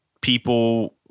people